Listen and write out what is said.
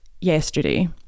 yesterday